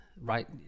Right